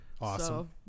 Awesome